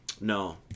No